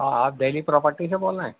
ہاں آپ دہلی پراپرٹی سے بول رہے ہیں